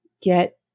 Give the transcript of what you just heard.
get